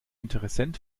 interessent